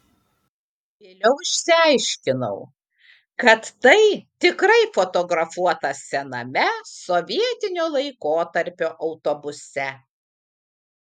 vėliau išsiaiškinau kad tai tikrai fotografuota sename sovietinio laikotarpio autobuse